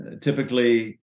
typically